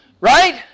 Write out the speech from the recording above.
right